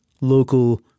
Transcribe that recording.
local